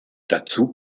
dazu